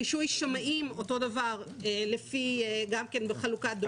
רישוי שמאים אותו דבר, לפי חלוקה דומה.